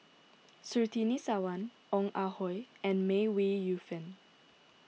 Surtini Sarwan Ong Ah Hoi and May Ooi Yu Fen